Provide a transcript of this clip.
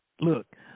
look